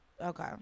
Okay